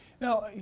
Now